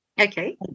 Okay